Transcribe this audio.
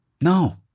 No